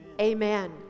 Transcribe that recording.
Amen